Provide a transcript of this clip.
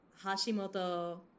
Hashimoto